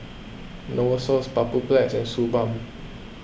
Novosource Papulex and Suu Balm